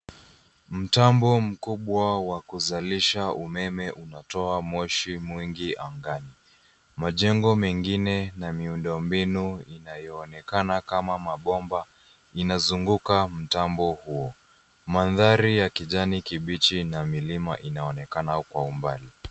Mtambo mkubwa wa kuzalisha umeme unatoa moshi mwingi angani. Majengo mengine, na miundo mbinu inayoonekana kama mabomba, inazunguka mtambo huo. Mandhari ya kijani kibichi, na milima inaonekana kwa umbali.